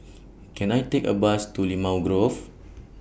Can I Take A Bus to Limau Grove